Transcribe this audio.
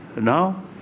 now